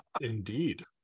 indeed